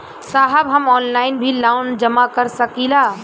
साहब हम ऑनलाइन भी लोन जमा कर सकीला?